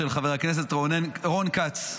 של חבר הכנסת רון כץ,